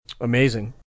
amazing